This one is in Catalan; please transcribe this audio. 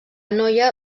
noia